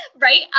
right